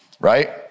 right